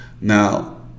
Now